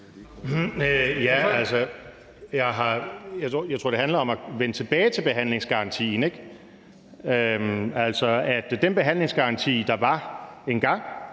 jeg tror, det handler om at vende tilbage til behandlingsgarantien, ikke? Altså, den behandlingsgaranti, der var engang,